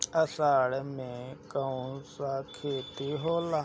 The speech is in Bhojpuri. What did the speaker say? अषाढ़ मे कौन सा खेती होला?